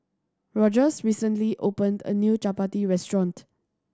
Rogers recently opened a new Chapati restaurant